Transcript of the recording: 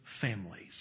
families